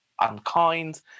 unkind